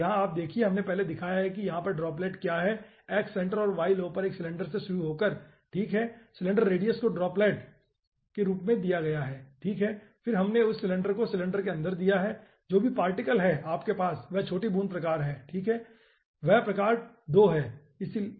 तो यहाँ आप देखिए हमने पहले दिखाया है कि यहाँ पर ड्रॉपलेट क्या है x सेंटर और ylow पर एक सिलेंडर से शुरू होकर ठीक है सिलेंडर रेडियस को rdroplet के रूप में दिया गया है ठीक है और फिर हमने उस सिलेंडर को सिलेंडर के अंदर दिया है जो भी पार्टिकल हैं आपके पास वह छोटी बूंद प्रकार है ठीक है वह प्रकार 2 है ठीक है